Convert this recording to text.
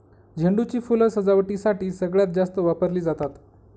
झेंडू ची फुलं सजावटीसाठी सगळ्यात जास्त वापरली जातात